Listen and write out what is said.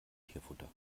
tierfutter